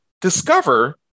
discover